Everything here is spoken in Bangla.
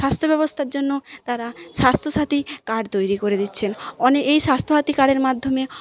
স্বাস্থ্য ব্যবস্থার জন্য তারা স্বাস্থ্যসাথী কার্ড তৈরি করে দিচ্ছেন অনেক এই স্বাস্থ্যসাথী কার্ডের মাধ্যমে